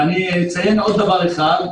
ואני אציין עוד דבר אחד,